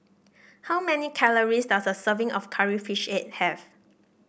how many calories does a serving of Curry Fish Head have